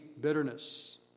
bitterness